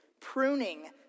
pruning